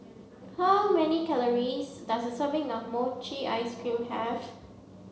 how many calories does a serving of mochi ice cream have